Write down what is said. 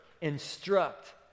instruct